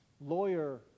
lawyer